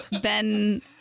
Ben